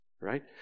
right